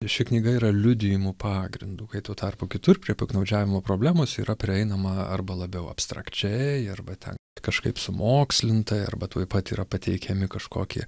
ši knyga yra liudijimų pagrindu kai tuo tarpu kitur prie piktnaudžiavimo problemos yra prieinama arba labiau abstrakčiai arba ten kažkaip sumokslintai arba tuoj pat yra pateikiami kažkokie